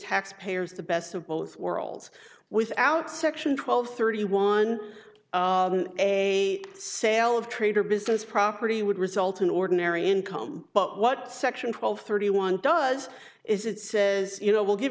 taxpayers the best of both worlds without section twelve thirty one a sale of trade or business property would result in ordinary income but what section two hundred thirty one does is it says you know will give